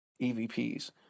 EVPs